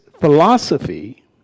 philosophy